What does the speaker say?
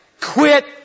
quit